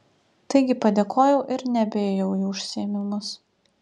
taigi padėkojau ir nebeėjau į užsiėmimus